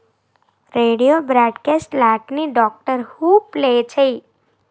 radio broadcast ల్యాట్నీ Doctor Who play చేయి